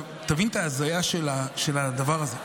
תבין את ההזיה של הדבר הזה.